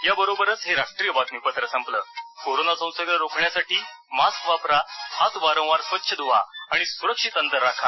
या बरोबरच हे राष्ट्रीय वातमीपत्र संपलं कोरोना संसर्ग रोखण्यासाठी मास्क वापरा हात वारंवार स्वच्छ धुवा आणि सुरक्षित अंतर राखा